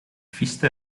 viste